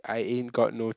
I ain't got no